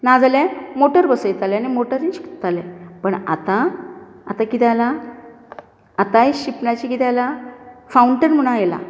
नाजाल्यार मोटर बसयताले आनी मोटरीन शिंपताले पण आता आता कितें जाला आताय शिंपण्याचे कितें जाला फावंटन म्हणून आयलां